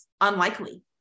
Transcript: unlikely